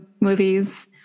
movies